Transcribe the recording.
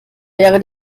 wäre